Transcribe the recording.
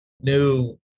new